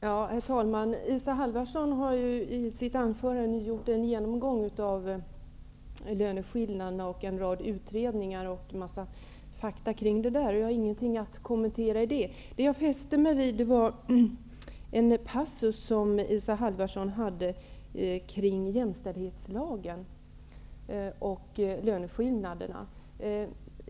Herr talman! Isa Halvarsson har i sitt anförande gjort en genomgång av en rad utredningar, med en del fakta om löneskillnaderna. Jag har ingenting att kommentera till det. Jag fäste mig emellertid vid en passus som Isa Halvarsson hade när hon talade om jämställdhetslagen i vad avser löneskillnaderna.